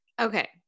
Okay